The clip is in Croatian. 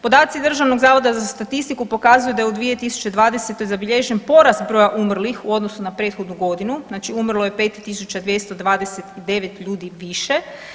Podaci Državnog zavoda za statistiku pokazuju da je u 2020. zabilježen porast broja umrlih u odnosu na prethodnu godinu, znači umrlo je 5.229 ljudi više.